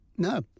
No